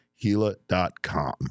gila.com